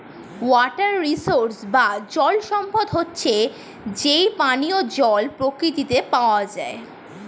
water resource বা জল সম্পদ হচ্ছে যেই পানিও জল প্রকৃতিতে পাওয়া যায়